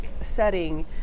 setting